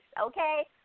okay